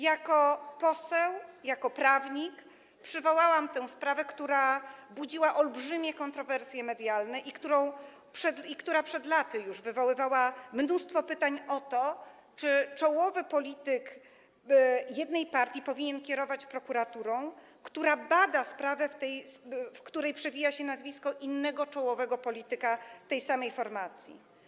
Jako poseł i jako prawnik przywołałam tę sprawę, która budziła olbrzymie kontrowersje medialne i która przed laty już wywoływała mnóstwo pytań o to, czy czołowy polityk jednej z partii powinien kierować prokuraturą, która bada sprawę, w której przewija się nazwisko innego czołowego polityka tej samej formacji.